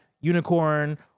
unicorn